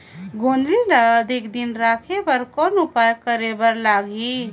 गोंदली ल अधिक दिन राखे बर कौन उपाय करे बर लगही?